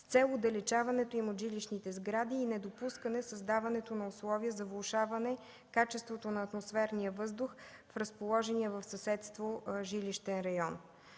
с цел отдалечаването им от жилищните сгради и недопускане създаването на условия за влошаване качеството на атмосферния въздух в разположения в съседство жилищен район.